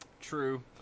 True